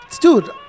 dude